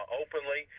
openly